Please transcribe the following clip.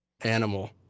animal